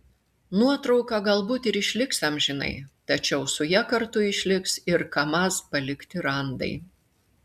nuotrauka galbūt ir išliks amžinai tačiau su ja kartu išliks ir kamaz palikti randai